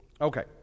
Okay